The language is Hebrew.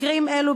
מקרים אלו,